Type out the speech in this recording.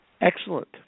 Excellent